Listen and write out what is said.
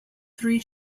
three